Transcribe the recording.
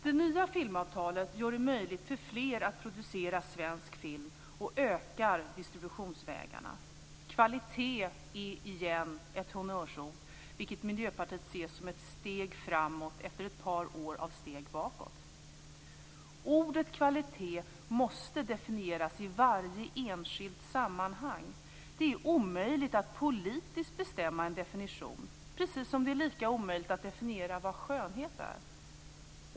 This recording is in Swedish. Det nya filmavtalet gör det möjligt för fler att producera svensk film och ökar distributionsvägarna. Kvalitet är ett honnörsord igen, vilket Miljöpartiet ser som ett steg framåt efter ett par år av steg bakåt. Ordet "kvalitet" måste definieras i varje enskilt sammanhang. Det är omöjligt att politiskt bestämma en definition, precis som det är omöjligt att definiera vad skönhet är.